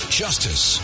justice